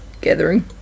gathering